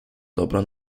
dobra